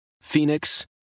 Phoenix